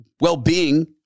well-being